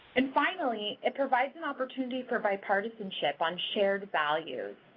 and finally, it provides an opportunity for bipartisanship on shared values.